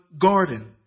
garden